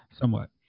somewhat